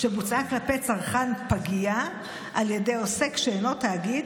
שבוצעה כלפי צרכן פגיע על ידי עוסק שאינו תאגיד,